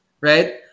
right